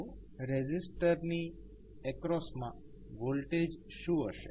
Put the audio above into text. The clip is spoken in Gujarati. તો રેઝિસ્ટર ની એક્રોસ માં વોલ્ટેજ શું હશે